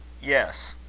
yes.